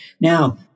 Now